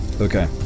Okay